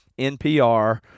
NPR